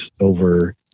over